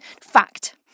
Fact